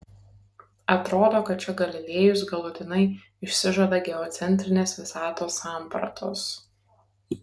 atrodo kad čia galilėjus galutinai išsižada geocentrinės visatos sampratos